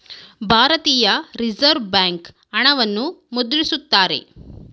ಭಾರತೀಯ reserve bank ಹಣವನ್ನು ಮುದ್ರಿಸುತ್ತಾರೆ